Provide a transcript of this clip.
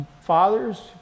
fathers